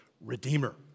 redeemer